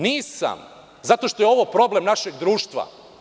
Nisam, zato što je ovo problem našeg društva.